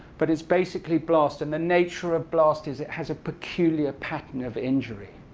but it's basically blasts. and the nature of blasts is it has a peculiar pattern of injury.